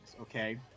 okay